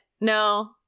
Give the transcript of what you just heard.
no